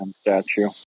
statue